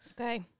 Okay